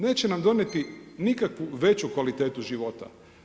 Neće nam donijeti nikakvu veću kvalitetu život.